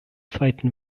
zweiten